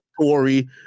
Tory